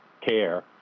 care